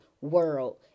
world